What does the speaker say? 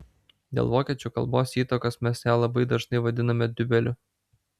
dėl vokiečių kalbos įtakos mes ją labai dažnai vadiname diubeliu